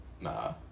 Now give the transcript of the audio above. Nah